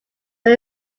but